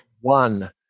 One